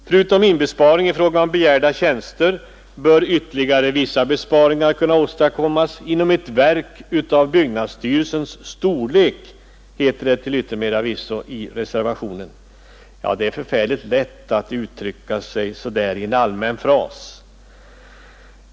Förutom inbesparingar i fråga om begärda tjänster bör ytterligare vissa besparingar kunna åstadkommas inom ett verk av byggnadsstyrelsens storlek, heter det till yttermera visso i reservationen. Det är mycket lätt att uttrycka sig så där med en allmän fras.